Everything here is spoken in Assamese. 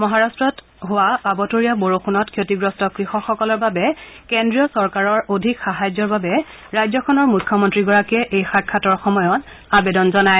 মহাৰাট্টত হোৱা আবতৰীয়া বৰষূণত ক্ষতিগ্ৰস্ত কৃষকসকলৰ বাবে কেন্ৰীয় চৰকাৰৰ অধিক সাহায্যৰ বাবে ৰাজ্যখনৰ মুখ্যমন্ৰীগৰাকীয়ে এই সাক্ষাতৰ সময়ত আবেদন জনায়